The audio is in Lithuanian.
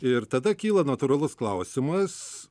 ir tada kyla natūralus klausimas